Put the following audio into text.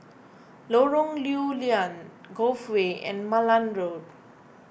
Lorong Lew Lian Cove Way and Malan Road